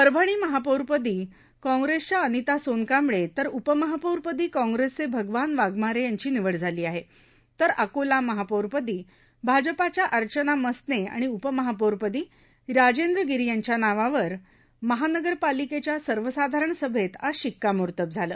परभणी महापौरपद क्रॉप्रेसच्या अनिता सोनकांबळे तर उपमहापौरपद क्रॉप्रेसचे भगवान वाघमारे याच निवड झाल आहे तर अकोला महापौरपदा आजपाच्या अर्चना मसने आणि उपमहापौरपदा आजेंद्र गिरा आंच्या नावावर महानगरपालिकेच्या सर्वसाधारण सभेत आज शिक्कामोर्तब झालं